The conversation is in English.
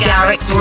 Garrix